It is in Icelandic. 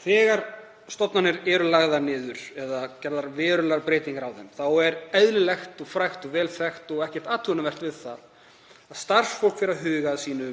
Þegar stofnanir eru lagðar niður eða gerðar verulegar breytingar á þeim þá er eðlilegt og vel þekkt og ekkert athugavert við það að starfsfólk hugi að